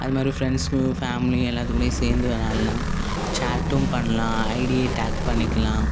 அது மாதிரி ஃபிரெண்ட்ஸும் ஃபேமிலி எல்லாத்துக்கூடேயும் சேர்ந்து விளையாடலாம் சேட்டும் பண்ணலாம் ஐடியை டேக் பண்ணிக்கலாம்